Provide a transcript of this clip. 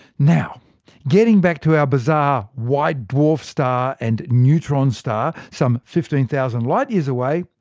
now getting back to our bizarre white dwarf star and neutron star some fifteen thousand light years away,